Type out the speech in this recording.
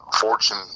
fortune